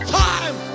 time